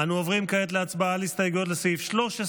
אנו עוברים כעת להצבעה על הסתייגויות לסעיף 13,